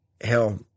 hell